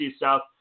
South